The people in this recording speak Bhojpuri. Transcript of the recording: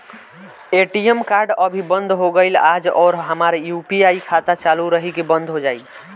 ए.टी.एम कार्ड अभी बंद हो गईल आज और हमार यू.पी.आई खाता चालू रही की बन्द हो जाई?